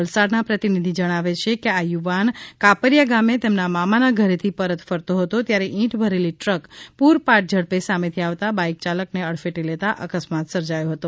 વલસાડના પ્રતિનિધિ કહે છે કે આ યુવાન કાપરિયા ગામે તેના મામાના ઘરેથી પરત ફરતો હતો ત્યારે ઇંટ ભરેલી ટ્રક પૂરપાટ ઝડપે સામેથી આવતા બાઇક ચાલકને અડફેટે લેતાં અકસ્માત સર્જાયો હતો